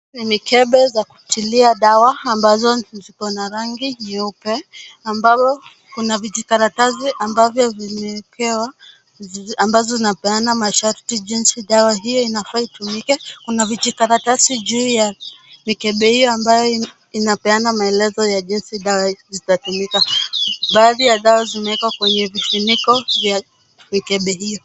Hii ni mikebe za kutilia dawa, amabazo ziko na rangi nyeupe, ambazo kuna vijikaratasi ambavyo zimewekewa, ambazo zinapeana masharti jinsi dawa hizo zinafaa zitumike. Kuna vijikaratasi juu ya mikebe hiyo, ambayo inapeana maelezo jinsi dawa hiyo itatumika. Baadhi ya dawa zimewekwa kwenye vifuniko vya mikebe hiyo.